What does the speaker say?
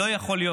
לא יכול להיות